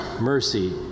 mercy